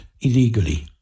illegally